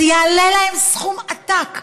זה יעלה להם סכום עתק.